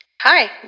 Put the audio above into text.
Hi